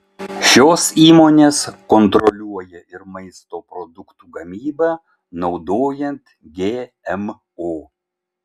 šios įmonės kontroliuoja ir maisto produktų gamybą naudojant gmo